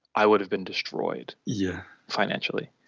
i would have been destroyed yeah financially,